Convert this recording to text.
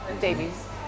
Davies